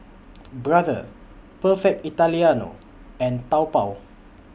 Brother Perfect Italiano and Taobao